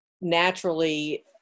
naturally